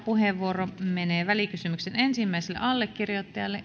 puheenvuoro välikysymyksen ensimmäiselle allekirjoittajalle